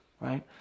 right